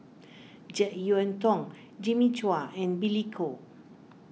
Jek Yeun Thong Jimmy Chua and Billy Koh